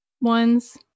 ones